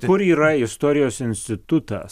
kur yra istorijos institutas